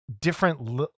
different